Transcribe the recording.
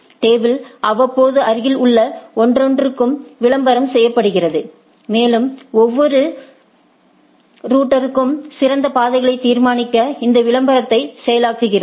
table அவ்வப்போது அருகில் உள்ள ஒவ்வொன்றிற்கும் விளம்பரம் செய்யப்படுகிறது மேலும் ஒவ்வொரு ரவுட்டரும் சிறந்த பாதைகளை தீர்மானிக்க இந்த விளம்பரத்தை செயலாக்குகிறது